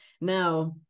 Now